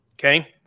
Okay